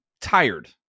tired